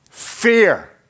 fear